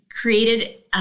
created